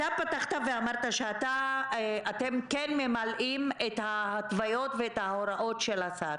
אתה פתחת ואמרת שאתם כן ממלאים את ההתוויות ואת ההוראות של השר,